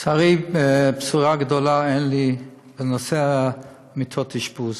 לצערי, בשורה גדולה אין לי בנושא מיטות האשפוז.